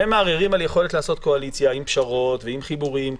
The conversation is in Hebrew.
והם מערערים על היכולת לעשות קואליציה עם פשרות ועם חיבורים,